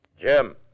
Jim